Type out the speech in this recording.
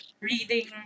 reading